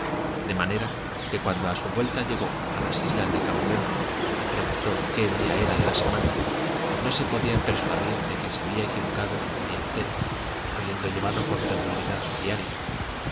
de manera que cuando a su vuelta llegó a las islas de cabo verde y preguntó qué día era de la semana no se podía persuadir de que se había equivocado un día entero habiendo llevado con regularidad su diario